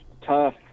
tough